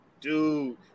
dude